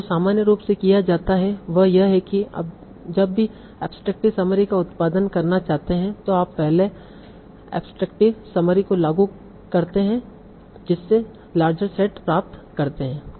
तो जो सामान्य रूप से किया जाता है वह यह है कि जब भी एब्सट्रेकटिव समरी का उत्पादन करना चाहते हैं तो आप पहले एक्सट्रेकटिव समरी को लागू करते हैं जिससे लार्जर सेट प्राप्त करते हैं